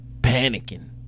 panicking